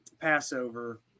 Passover